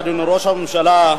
אדוני ראש הממשלה,